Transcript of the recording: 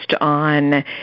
on